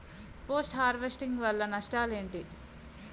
Post harvesting వల్ల నష్టాలు ఏంటి?